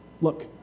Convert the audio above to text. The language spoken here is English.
look